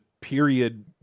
period